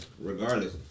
regardless